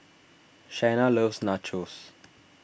Shaina loves Nachos